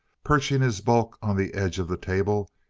perching his bulk on the edge of the table,